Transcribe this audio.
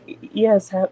Yes